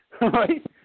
Right